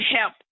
help